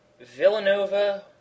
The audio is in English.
Villanova